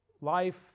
life